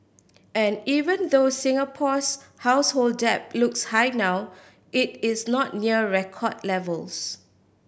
and even though Singapore's household debt looks high now it is not near record levels